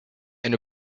and